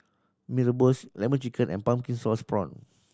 Mee Rebus Lemon Chicken and pumpkin sauce prawn